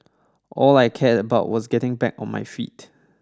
all I cared about was getting back on my feet